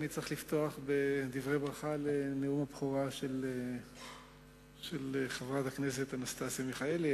אני צריך לפתוח בדברי ברכה לנאום הבכורה של חברת הכנסת אנסטסיה מיכאלי.